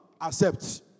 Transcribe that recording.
Accept